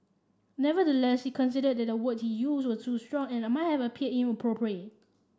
nevertheless he conceded that the words he used were too strong and might have appeared inappropriate